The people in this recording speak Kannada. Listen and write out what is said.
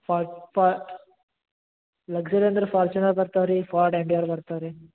ಫಾರ್ಡ್ ಫಾ ಲಕ್ಸುರಿ ಅಂದರೆ ಫಾರ್ಚ್ಯುನರ್ ಬರ್ತವೆ ರೀ ಫಾರ್ಡ್ ಎಂಡ್ಯೂರ್ ಬರ್ತವೆ ರೀ